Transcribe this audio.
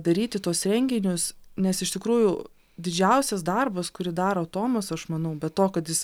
daryti tuos renginius nes iš tikrųjų didžiausias darbas kurį daro tomas aš manau be to kad jis